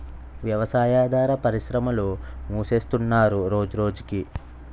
వ్యవసాయాదార పరిశ్రమలు మూసేస్తున్నరు రోజురోజకి